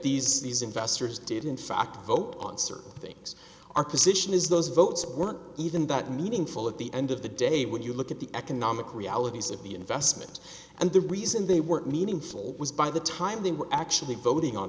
these these investors did in fact vote on certain things our position is those votes weren't even that meaningful at the end of the day when you look at the economic realities of the investment and the reason they were meaningful was by the time they were actually voting on